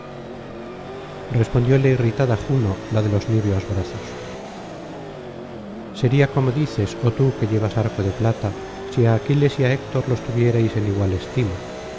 respondióle irritada juno la de los niveos brazos sería como dices oh tú que llevas arco de plata si á aquiles y á héctor los tuvierais en igual estima